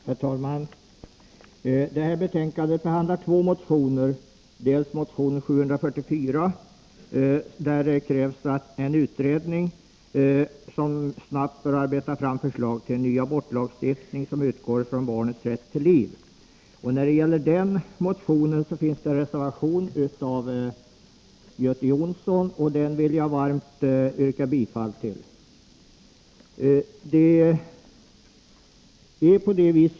Herr talman! Det här betänkandet behandlar två motioner. Den ena är nr 744, där det krävs en utredning som snabbt bör arbeta fram förslag till en ny abortlagstiftning som utgår från barnets rätt till liv. När det gäller den motionen finns det en reservation av Göte Jonsson, och den vill jag varmt yrka bifall till.